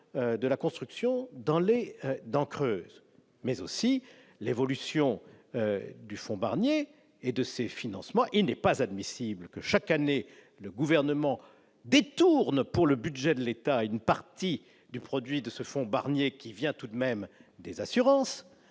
de la construction dans les dents creuses, sans oublier l'évolution du fonds Barnier et de ses financements. Il n'est pas admissible que, chaque année, le gouvernement détourne pour le budget de l'État une partie du produit de ce fonds, ... Voilà !... qui vient tout de même des assurances